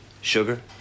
sugar